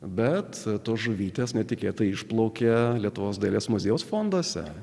bet tos žuvytės netikėtai išplaukė lietuvos dailės muziejaus fonduose